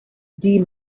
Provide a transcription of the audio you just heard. dee